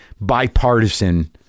bipartisan